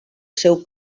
seu